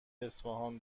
اصفهان